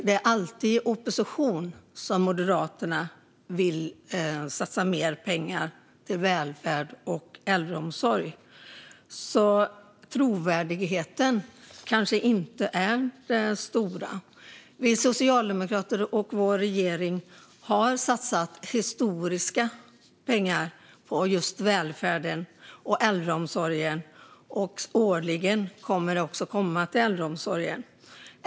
Det är alltid i opposition som Moderaterna vill satsa mer pengar på välfärd och äldreomsorg, så trovärdigheten kanske inte är så stor. Vi socialdemokrater och vår regering har satsat historiska pengar på välfärden och äldreomsorgen. De kommer årligen till äldreomsorgen.